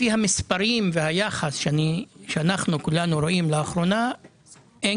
לפי המספרים שאנחנו רואים לאחרונה אין